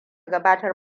gabatar